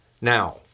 Now